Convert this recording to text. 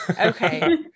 Okay